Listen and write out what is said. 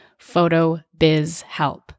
PhotoBizHelp